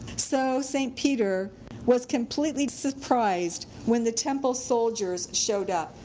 so, st. peter was completely surprised when the temple soldiers showed up.